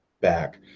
back